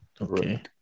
Okay